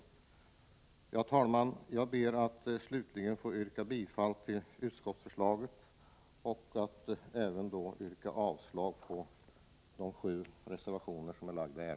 Herr talman! Jag ber slutligen att få yrka bifall till utskottsförslaget och avslag på samtliga sju reservationer.